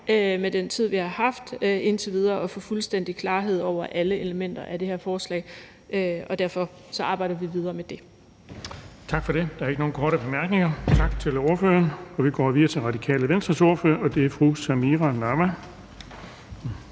med den tid, vi har haft indtil videre, at få fuldstændig klarhed over alle elementer af det her forslag, og derfor arbejder vi videre med det. Kl. 12:54 Den fg. formand (Erling Bonnesen): Tak for det. Der er ikke nogen korte bemærkninger. Tak til ordføreren, og vi går videre til Radikale Venstres ordfører, og det er fru Samira Nawa.